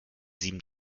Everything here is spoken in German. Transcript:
sieben